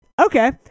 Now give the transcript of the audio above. okay